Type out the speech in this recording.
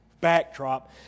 backdrop